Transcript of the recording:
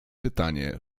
pytanie